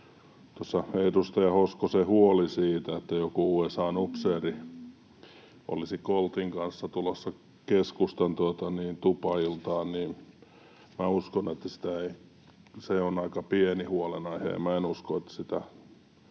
lisää. Edustaja Hoskosen huoleen siitä, että joku USA:n upseeri olisi Coltin kanssa tulossa keskustan tupailtaan: Minä uskon, että se on aika pieni huolenaihe, ja minä en usko, että se